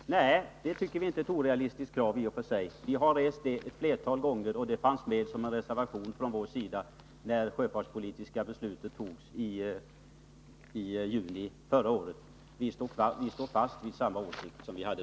Fru talman! Nej, vi tycker i och för sig inte att det är ett orealistiskt krav. Vi har själva rest det ett flertal gånger, och det fanns med i en socialdemokratisk reservation när riksdagen i juni förra året tog det sjöfartspolitiska beslutet. Vi står kvar vid vad vi då sade.